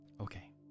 Okay